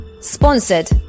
Sponsored